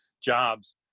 jobs